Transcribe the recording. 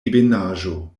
ebenaĵo